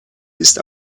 ist